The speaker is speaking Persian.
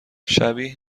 شبیه